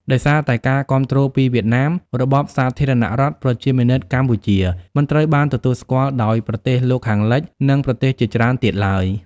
ដោយសារតែការគាំទ្រពីវៀតណាម របបសាធារណរដ្ឋប្រជាមានិតកម្ពុជាមិនត្រូវបានទទួលស្គាល់ដោយប្រទេសលោកខាងលិច និងប្រទេសជាច្រើនទៀតឡើយ។